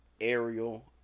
aerial